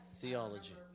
theology